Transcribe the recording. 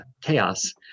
chaos